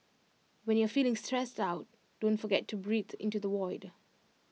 when you are feeling stressed out don't forget to breathe into the void